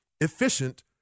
efficient